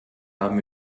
haben